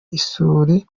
isuri